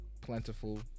plentiful